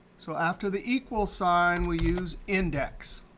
so after the equals sign we use index.